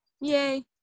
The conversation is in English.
Yay